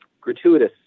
Gratuitous